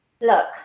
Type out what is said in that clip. Look